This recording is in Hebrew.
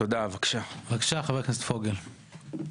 בבקשה חבר הכנסת פוגל.